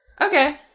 Okay